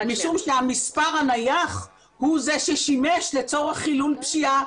המספר הנייח הוא זה ששימש לצורך חילול פשיעה,